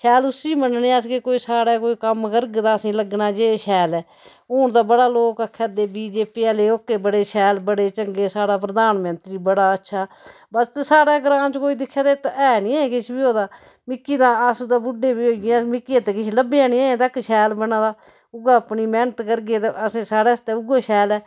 शैल उसी मन्नने आं कि अस कोई साढ़ै कोई कम्म करग ते असें लगना जे शैल ऐ हून तां बड़ा लोक आखा दे बी जे पी आह्ले ओह्के बड़े शैल बड़े चंगे साढ़ा प्रधानमंत्री बड़ा अच्छा बा साढ़े ग्रांऽ च कोई दिक्खे ते ऐ नी ऐ किश बी होए दा मिकी तां अस ते बुड्ढे बी होई गे मिगी इत्त किश लब्भेआ नी अजें तक शैल बना दा उ'यै अपनी मैह्नत करगे ते असें साढ़े आस्तै उ'यै शैल ऐ